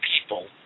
people